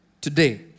today